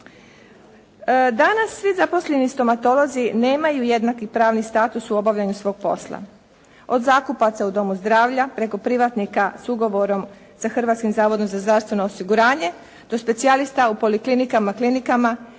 Danas svi zaposleni stomatolozi nemaju jednaki pravni status u obavljanju svog posla. Od zakupaca u Domu zdravlja preko privatnika s ugovorom sa Hrvatskim zavodom